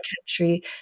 country